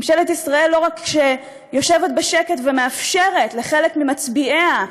ממשלת ישראל לא רק שיושבת בשקט ומאפשרת לחלק ממצביעיה,